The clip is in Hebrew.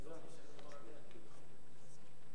לזכותך עשר דקות.